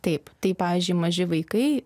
taip tai pavyzdžiui maži vaikai